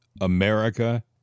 America